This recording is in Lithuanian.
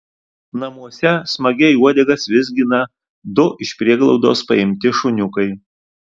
namuose smagiai uodegas vizgina du iš prieglaudos paimti šuniukai